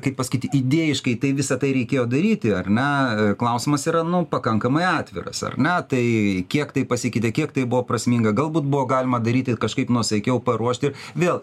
kaip pasakyti idėjiškai tai visa tai reikėjo daryti ar ne klausimas yra nu pakankamai atviras ar ne tai kiek tai pasikeitė kiek tai buvo prasminga galbūt buvo galima daryti kažkaip nuosaikiau paruošti vėl